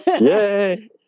Yay